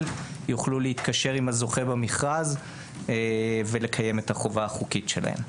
יוכלו להתקשר עם זוכה במכרז ולקיים את החובה החוקית שלהן.